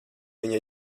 viņa